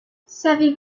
savez